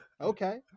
okay